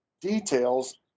details